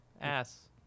ass